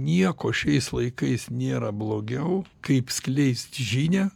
nieko šiais laikais nėra blogiau kaip skleist žinią